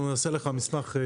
אנחנו נעשה לך מסמך.